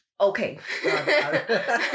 Okay